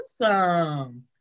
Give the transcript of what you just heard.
awesome